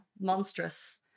Monstrous